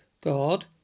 God